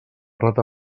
rata